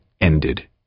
ended